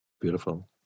beautiful